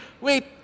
wait